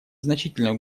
значительную